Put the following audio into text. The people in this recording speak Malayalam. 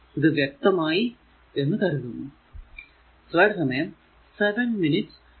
ഇത് വ്യക്തമായി എന്ന് കരുതുന്നു